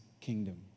kingdom